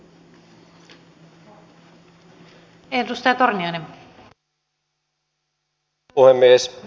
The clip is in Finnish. arvoisa rouva puhemies